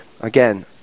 again